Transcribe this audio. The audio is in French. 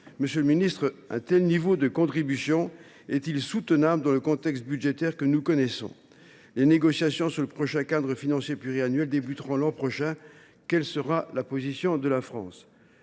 Monsieur le ministre, un tel niveau de contribution est il soutenable dans le contexte budgétaire que nous connaissons ? Les négociations sur le prochain cadre financier pluriannuel commenceront l’an prochain ; quelle sera la position de la France ?